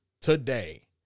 today